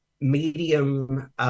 medium